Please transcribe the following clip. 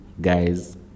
guys